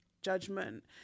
judgment